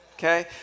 Okay